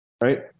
Right